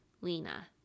Lena